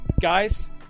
guys